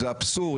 זה אבסורד,